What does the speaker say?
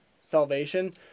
salvation